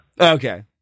Okay